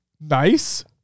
Nice